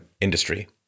industry